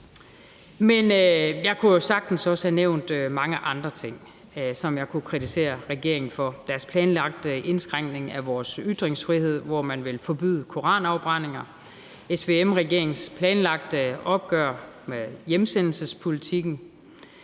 jo også sagtens have nævnt mange andre ting, som jeg kunne kritisere regeringen for: den planlagte indskrænkning af vores ytringsfrihed, hvor man vil forbyde koranafbrændinger; SVM-regeringens planlagte opgør med hjemsendelsespolitikken;